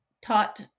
taught